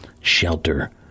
shelter